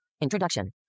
Introduction